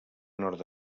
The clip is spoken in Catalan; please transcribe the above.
nord